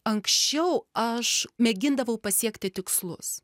anksčiau aš mėgindavau pasiekti tikslus